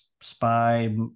spy